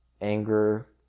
anger